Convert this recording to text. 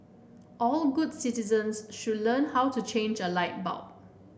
all good citizens should learn how to change a light bulb